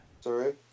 Sorry